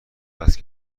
وصل